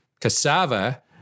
cassava